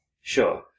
Sure